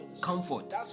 comfort